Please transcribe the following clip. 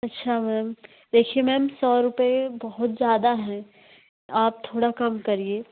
अच्छा मैम देखिए मैम सौ रुपए बहुत ज़्यादा हैं आप थोड़ा कम करिए